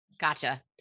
Gotcha